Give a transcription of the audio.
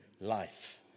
life